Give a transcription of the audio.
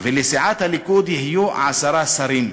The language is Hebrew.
ו"לסיעת הליכוד יהיו עשרה שרים".